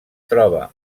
troba